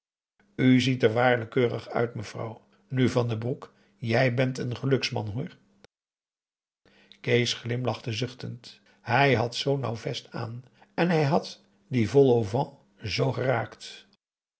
ziet er waarlijk keurig uit mevrouw nu van den broek jij bent een gelukkig man hoor kees glimlachte zuchtend hij had zoo'n nauwe jas aan en hij had dien vol au vent zoo geraakt